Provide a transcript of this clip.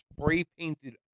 spray-painted